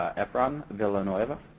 ah efrain villanueva.